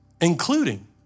including